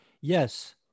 Yes